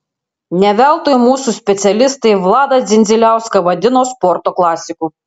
ne veltui mūsų specialistai vladą dzindziliauską vadino sporto klasiku